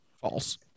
False